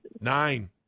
Nine